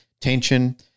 tension